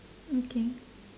okay